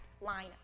line